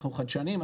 אנחנו חדשניים,